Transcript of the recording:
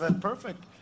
perfect